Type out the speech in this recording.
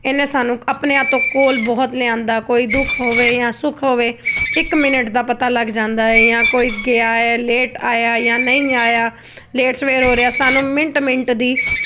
ਇਹਨੇ ਸਾਨੂੰ ਆਪਣਿਆਂ ਤੋਂ ਕੋਲ ਬਹੁਤ ਲਿਆਉਂਦਾ ਕੋਈ ਦੁੱਖ ਹੋਵੇ ਜਾਂ ਸੁੱਖ ਹੋਵੇ ਇੱਕ ਮਿਨਟ ਦਾ ਪਤਾ ਲੱਗ ਜਾਂਦਾ ਹੈ ਜਾਂ ਕੋਈ ਗਿਆ ਏ ਲੇਟ ਆਇਆ ਜਾਂ ਨਹੀਂ ਆਇਆ ਲੇਟ ਸਵੇਰ ਹੋ ਰਿਹਾ ਸਾਨੂੰ ਮਿੰਟ ਮਿੰਟ ਦੀ